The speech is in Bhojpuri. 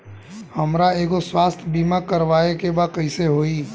हमरा एगो स्वास्थ्य बीमा करवाए के बा कइसे होई?